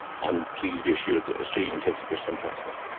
and please be assured that australian intensive care is fantastic.